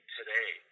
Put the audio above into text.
today